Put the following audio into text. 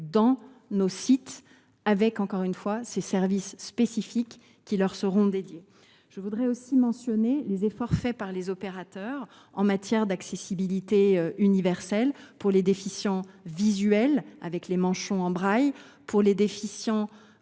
dans nos sites, avec, encore une fois, des services spécifiques qui leur seront dédiés. Je tiens aussi à mentionner les efforts réalisés par les opérateurs en matière d’accessibilité universelle pour les déficients visuels et auditifs, avec des manchons en braille, et des